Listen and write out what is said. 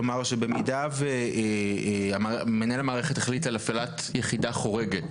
במידה ומנהל המערכת החליט על הפעלת יחידה חורגת